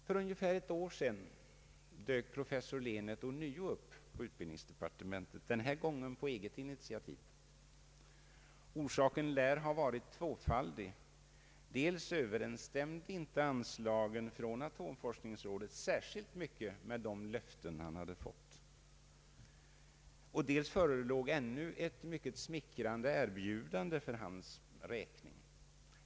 För ungefär ett år sedan dök professor Lehnert ånyo upp på utbildningsdepartementet — denna gång på eget initiativ. Orsaken lär ha varit tvåfaldig. Dels överensstämde inte anslagen från atomforskningsrådet särskilt mycket med de löften som förutvarande ecklesiastikministern enligt uppgift hade lämnat, dels förelåg ännu eit mycket smickrande erbjudande.